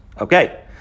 Okay